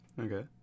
Okay